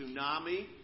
tsunami